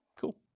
Cool